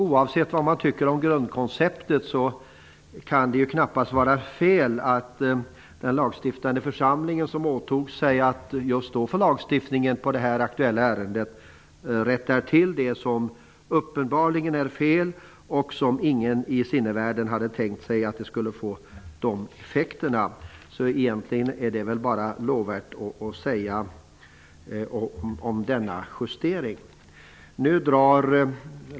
Oavsett vad man tycker om grundkonceptet kan det knappast vara fel att den lagstiftande församlingen när det gäller lagstiftningen i det här aktuella ärendendet rättar till det som uppenbarligen är fel och som ingen ens i sinnevärlden hade tänkt skulle få sådana här effekter. Egentligen finns det väl därmed endast lovvärda saker att säga om denna justering.